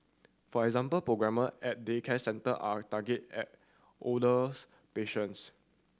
for example programme at daycare centre are targeted at older's patients